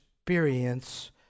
experience